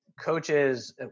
coaches